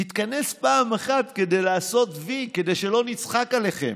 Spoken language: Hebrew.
תתכנס פעם אחת כדי לעשות וי כדי שלא נצחק עליכם.